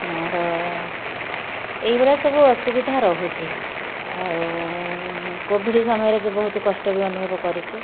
ଆମର ଏଇଭଳିଆ ସବୁ ଅସୁବିଧା ରହୁଛି ଆଉ କୋଭିଡ଼ ସମୟରେ ଯେ ବହୁତ କଷ୍ଟ ବି ଅନୁଭବ କରିଛୁ